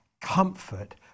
comfort